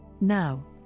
Now